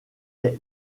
est